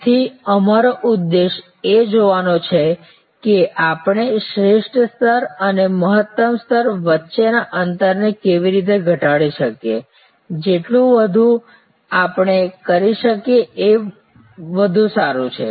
તેથી અમારો ઉદ્દેશ એ જોવાનો છે કે આપણે શ્રેષ્ઠ સ્તર અને મહત્તમ સ્તર વચ્ચેના આ અંતરને કેવી રીતે ઘટાડી શકીએ જેટલું વધુ આપણે કરી શકીએ તે વધુ સારું છે